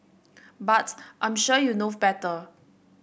but I'm sure you know better